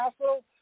castle